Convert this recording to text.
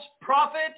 prophet